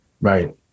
Right